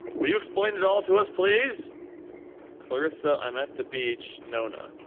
will you explain it all to us, please clarissa i'm at the beach nona